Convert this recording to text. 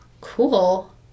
Cool